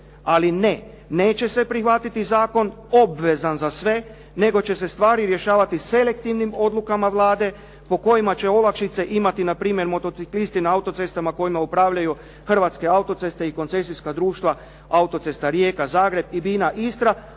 Ali ne, neće se prihvatiti zakon obvezan za sve nego će se stvari rješavati selektivnim odlukama Vlade po kojima će olakšice imati na primjer motociklisti na autocestama kojima upravljaju Hrvatske auto-ceste i koncesijska društva auto-cesta Rijeka-Zagreb i Bina-Istra